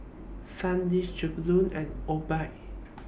Sandisk Jollibean and Obike